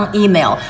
email